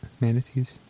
Manatees